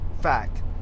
fact